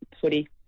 footy